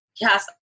yes